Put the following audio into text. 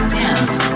dance